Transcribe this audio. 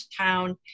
town